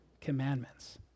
commandments